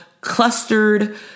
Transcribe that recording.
clustered